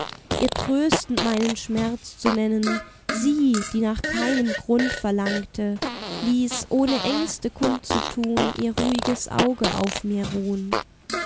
ihr tröstend meinen schmerz zu nennen sie die nach keinem grund verlangte ließ ohne ängste kund zu tun ihr ruhiges auge auf mir ruhn